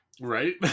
Right